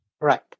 Right